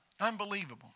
Unbelievable